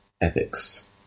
ethics